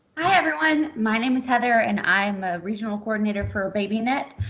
hi, everyone. my name is heather, and i'm a regional coordinator for babynet.